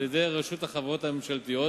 על-ידי רשות החברות הממשלתיות